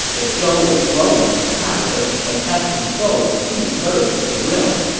the zhou was growing in power and had control of two-thirds of the realm.